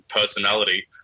personality